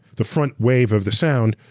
the front wave of the sound,